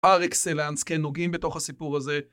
פר אקסלנדס, כן, נוגעים בתוך הסיפור הזה.